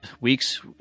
weeks